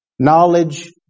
knowledge